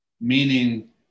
meaning